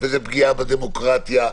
הרי זו פגיעה בדמוקרטיה.